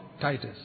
Titus